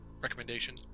recommendation